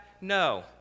No